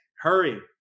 hurry